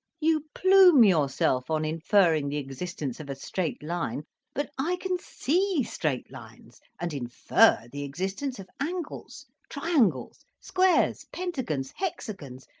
you plume yourself on inferring the existence of a straight line but i can see straight lines and infer the existence of angles, triangles, squares, pentagons, hexagons,